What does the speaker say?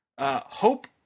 Hope